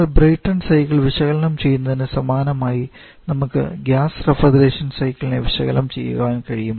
നമ്മൾ Brayton cycle വിശകലനം ചെയ്യുന്നതിന് സമാനമായി നമുക്ക് ഗ്യാസ് റഫ്രിജറേഷൻ സൈക്കിളിനെ വിശകലനം ചെയ്യാൻ കഴിയും